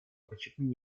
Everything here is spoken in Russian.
подчеркнуть